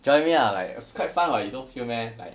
join me lah like it's quite fun [what] you don't feel meh like